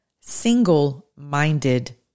single-minded